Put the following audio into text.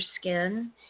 skin